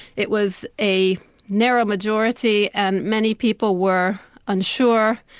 it was a narrow majority and many people were unsure.